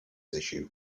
issue